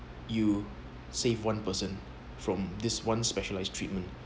you save one person from this one specialized treatment